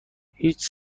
هیچ